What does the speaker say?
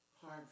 Hard